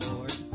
Lord